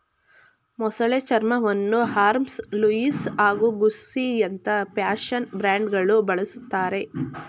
ಮೊಸಳೆ ಚರ್ಮವನ್ನು Hermes Louis ಹಾಗೂ ಗುಸ್ಸಿಯಂತ ಫ್ಯಾಷನ್ ಬ್ರ್ಯಾಂಡ್ಗಳು ಬಳುಸ್ತರೆ